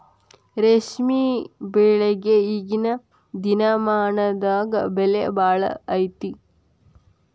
ರೇಶ್ಮೆ ಬೆಳಿಗೆ ಈಗೇನ ದಿನಮಾನದಾಗ ಬೆಲೆ ಭಾಳ ಐತಿ